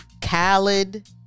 Khaled